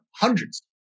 hundreds